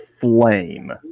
flame